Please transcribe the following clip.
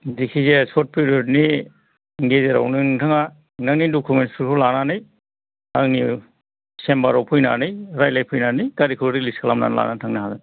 जिखिजाया सर्त पिरियद नि गेजेरावनो नोंथाङा नोंथांनि दकुमेन्स फोरखौ लानानै आंनि सेम्बार आव फैनानै रायज्लायफैनानै गारिखौ रिलिज खालामनानै लानानै थांनो हागोन